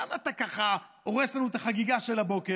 למה אתה ככה הורס לנו את החגיגה של הבוקר?